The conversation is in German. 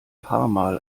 paarmal